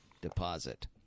deposit